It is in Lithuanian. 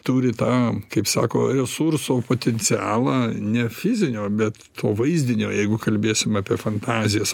turi tą kaip sako resurso potencialą ne fizinio bet to vaizdinio jeigu kalbėsim apie fantazijas